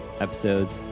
episodes